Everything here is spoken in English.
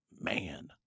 man